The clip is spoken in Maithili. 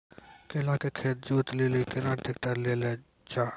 केला के खेत जोत लिली केना ट्रैक्टर ले लो जा?